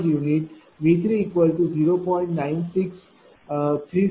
96379 आणि V40